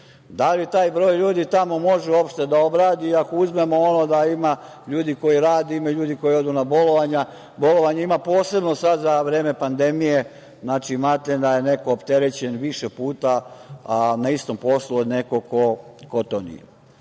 li taj broj ljudi tamo može uopšte da obradi, ako uzmemo da ima ljudi koji rade, ima ljudi koji odu na bolovanje, ima posebno sada za vreme pandemije, imate da je neko opterećen više puta na istom poslu od nekoga ko to nije? Moje